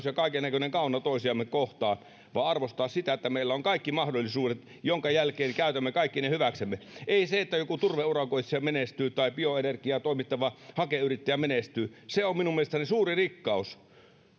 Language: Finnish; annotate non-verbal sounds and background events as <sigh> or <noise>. <unintelligible> ja kaikennäköinen kauna toisiamme kohtaan ja arvostaa sitä että meillä on kaikki mahdollisuudet minkä jälkeen käytämme kaikki ne hyväksemme se että joku turveurakoitsija menestyy tai bioenergiaa toimittava hakeyrittäjä menestyy on minun mielestäni suuri rikkaus